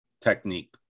technique